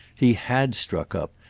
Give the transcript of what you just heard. he had struck up,